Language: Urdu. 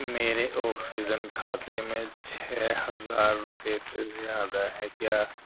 میرے آکسیجن کھاتے میں چھ ہزار روپے سے زیادہ ہے کیا